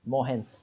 more hands